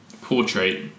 portrait